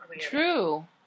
True